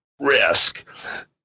risk